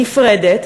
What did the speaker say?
נפרדת,